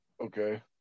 okay